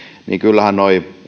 kyllähän nuo